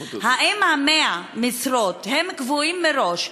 האם 100 המשרות קבועות מראש,